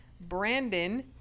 Brandon